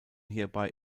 hierbei